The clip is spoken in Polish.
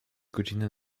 godziny